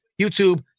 YouTube